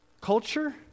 Culture